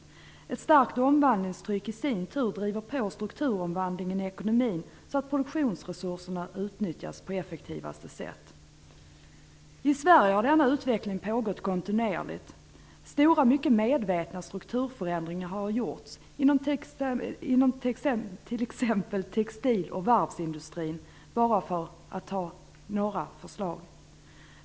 Ett starkt omvandlingstryck driver i sin tur på strukturomvandlingen i ekonomin, så att produktionsresurserna utnyttjas på effektivaste sätt. I Sverige har denna utveckling pågått kontinuerligt. Stora, mycket medvetna strukturförändringar har gjorts inom textil och varvsindustrierna, för att ta några exempel.